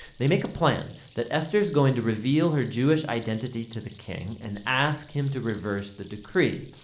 they make a plan that esther's going to reveal her jewish identity to the king and ask him to reverse the decree.